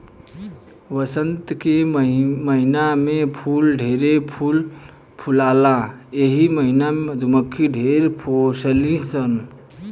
वसंत के महिना में फूल ढेरे फूल फुलाला एही महिना में मधुमक्खी ढेर पोसली सन